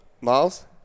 Miles